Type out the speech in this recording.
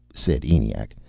said eniac,